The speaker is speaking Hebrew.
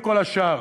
וכל השאר.